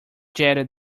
jetted